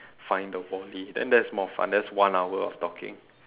find a wally then that is more fun that's one hour of talking